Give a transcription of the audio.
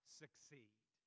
succeed